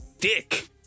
dick